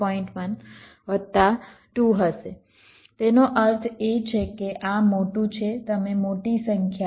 1 વત્તા 2 હશે તેનો અર્થ એ છે કે આ મોટું છે તમે મોટી સંખ્યા 3